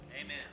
Amen